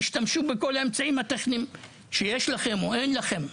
תשתמשו באותם אמצעים שיש לכם או אין לכם.